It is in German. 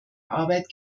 arbeit